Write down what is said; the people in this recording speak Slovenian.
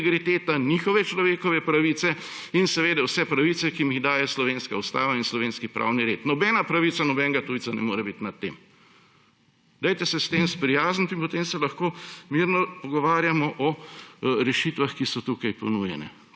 integriteta, njihove človekove pravice in vse pravice, ki jim jih daje slovenska ustava in slovenski pravni red. Nobena pravica nobenega tujca ne more biti nad tem. S tem se sprijaznite in potem se lahko mirno pogovarjamo o rešitvah, ki so tukaj ponujene,